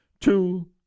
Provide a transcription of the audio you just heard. two-